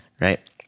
right